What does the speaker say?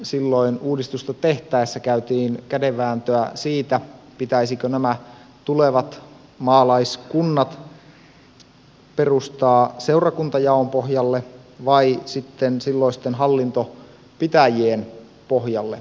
silloin uudistusta tehtäessä käytiin kädenvääntöä siitä pitäisikö tulevat maalaiskunnat perustaa seurakuntajaon pohjalle vai sitten silloisten hallintopitäjien pohjalle